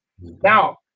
Now